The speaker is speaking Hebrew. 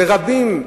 ורבים,